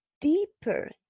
deeper